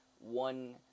one